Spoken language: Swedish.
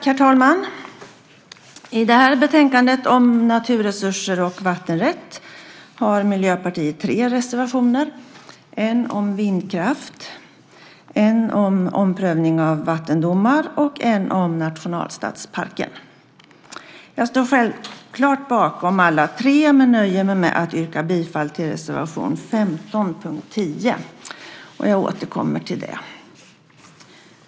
Herr talman! I det här betänkandet om naturresurser och vattenrätt har Miljöpartiet tre reservationer: en om vindkraft, en om omprövning av vattendomar och en om nationalstadsparken. Jag står självklart bakom alla tre men nöjer mig med att yrka bifall till reservation 15 under punkt 10. Jag återkommer till det.